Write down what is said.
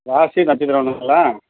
ராசி நட்சத்திரம் வேணுங்களா